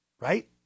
right